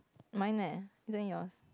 mine eh isn't it yours